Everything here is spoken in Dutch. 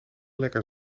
lekker